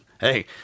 hey